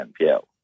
NPL